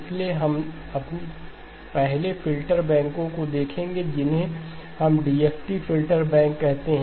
इसलिए हम पहले फ़िल्टर बैंकों को देखेंगे जिन्हें हम DFT फ़िल्टर बैंक कहते हैं